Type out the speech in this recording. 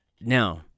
Now